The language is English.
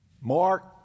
Mark